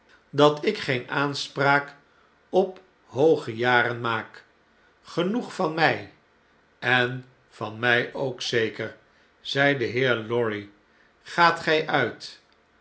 dat ik geen aanspraak op hooge jaren maak genoeg van mij en van mjj ook zeker zei de heer lorry gaat gjj uit